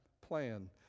plan